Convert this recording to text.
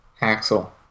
Axel